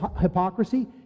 hypocrisy